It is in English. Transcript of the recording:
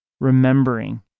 remembering